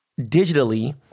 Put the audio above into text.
digitally